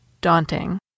daunting